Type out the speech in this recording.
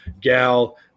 gal